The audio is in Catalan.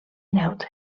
neutre